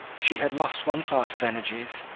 she had lost one class of energies,